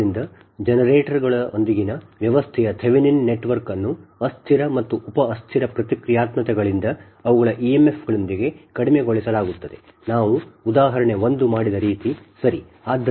ಆದ್ದರಿಂದ ಜನರೇಟರ್ಗಳೊಂದಿಗಿನ ವ್ಯವಸ್ಥೆಯ ಥೆವೆನಿನ್ ನೆಟ್ವರ್ಕ್ ಅನ್ನು ಅಸ್ಥಿರ ಮತ್ತು ಉಪ ಅಸ್ಥಿರ ಪ್ರತಿಕ್ರಿಯಾತ್ಮಕಗಳಿಂದ ಅವುಗಳ emf ಗಳೊಂದಿಗೆ ಕಡಿಮೆಗೊಳಿಸಲಾಗುತ್ತದೆ ನಾವು ಉದಾಹರಣೆ 1 ಮಾಡಿದ ರೀತಿ ಸರಿ